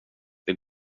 det